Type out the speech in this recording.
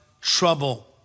trouble